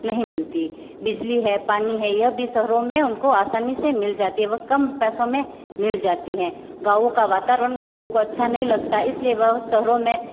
नहीं मिलती बिजली है पानी है यह भी शहरों में उनको आसानी से मिल जाती है व कम पैसों में मिल जाती हैं गाँवों का वातावरण लोगों को अच्छा नहीं लगता इसलिए वह शहरों में